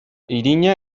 irina